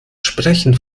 sprechen